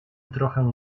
trochę